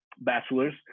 bachelor's